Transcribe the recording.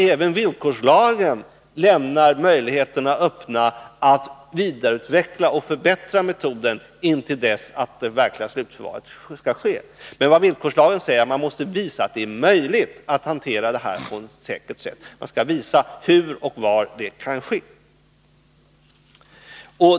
Även villkorslagen lämnar möjligheter öppna att vidareutveckla och förbättra metoden till dess att den verkliga slutförvaringen skall ske. Villkorslagen stipulerar att man måste visa att det är möjligt att hantera avfallet på ett säkert sätt. Man skall visa hur och var förvaringen skall ske.